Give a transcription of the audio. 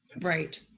Right